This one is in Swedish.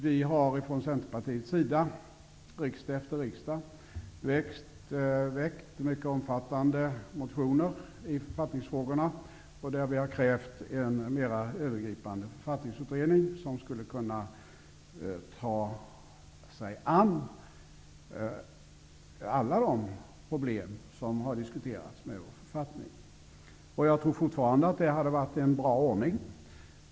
Vi har från Centerpartiet riksmöte efter riksmöte väckt mycket omfattande motioner i författningsfrågor, där vi har krävt en mer övergripande författningsutredning, som skulle kunna ta sig an alla de problem som har diskuterats i fråga om författningen. Jag tror fortfarande att det hade varit en bra ordning.